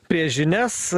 prie žinias